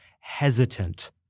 hesitant